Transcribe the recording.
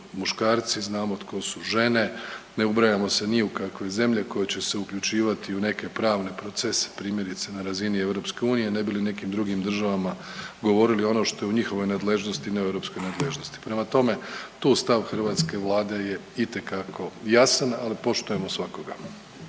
muškarci, znamo tko su žene. Ne ubrajamo se ni u kakve zemlje koje će se uključivati u neke pravne procese primjerice na razini EU ne bi li nekim drugim državama govorili ono što je u njihovoj nadležnosti, na europskoj nadležnosti. Prema tome, tu stav hrvatske Vlade je itekako jasan ali poštujemo svakoga.